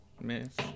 miss